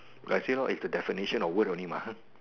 actually no it is the definition of word only mah